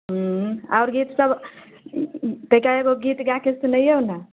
ह्म्म आओर गीतसभ तकर एगो गीत गाबि कऽ सुनैयौ ने